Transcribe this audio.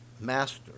Master